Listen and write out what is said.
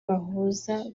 bahuza